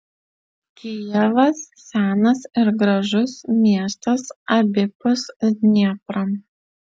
kijevas senas ir gražus miestas abipus dniepro